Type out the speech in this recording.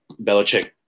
Belichick